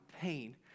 pain